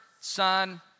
Son